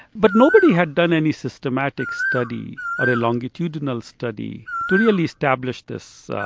but nobody had done any systematic study or a longitudinal study to really establish this,